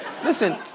Listen